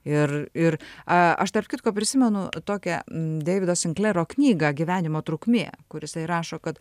ir ir a aš tarp kitko prisimenu tokią deivido sinklero knygą gyvenimo trukmė kur jisai rašo kad